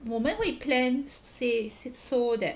我们会 plan s~ say s~ so that